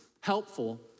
helpful